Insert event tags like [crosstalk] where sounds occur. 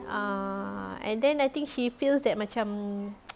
err and then I think she feels that macam [noise]